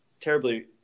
terribly